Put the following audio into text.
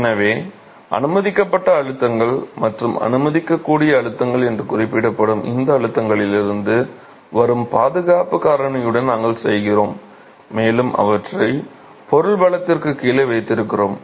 எனவே அனுமதிக்கப்பட்ட அழுத்தங்கள் அல்லது அனுமதிக்கக்கூடிய அழுத்தங்கள் என குறிப்பிடப்படும் இந்த அழுத்தங்களிலிருந்து வரும் பாதுகாப்புக் காரணியுடன் நாங்கள் செய்கிறோம் மேலும் அவற்றைப் பொருள் பலத்திற்குக் கீழே வைத்திருக்கிறோம்